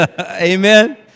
Amen